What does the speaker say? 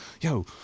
yo